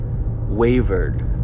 wavered